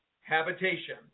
habitation